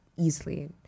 easily